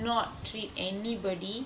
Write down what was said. not treat anybody